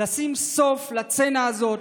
לשים סוף לסצנה הזאת,